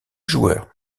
joueur